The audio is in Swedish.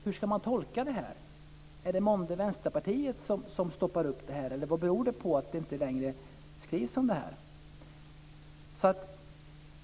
Hur ska man tolka detta? Är det månde Vänsterpartiet som stoppar upp detta, eller vad beror det på att det inte längre skrivs om detta?